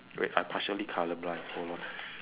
wait I partially colour blind hold on